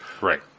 Right